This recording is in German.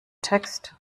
text